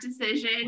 decision